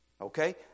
Okay